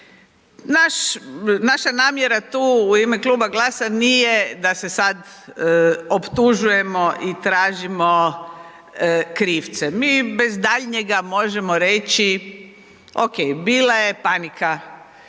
Naša namjera tu u ime kluba GLAS-a nije da se sada optužujemo i tražimo krivce, mi bez daljnjega možemo reći, ok, bila je panika